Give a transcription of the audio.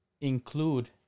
include